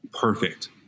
Perfect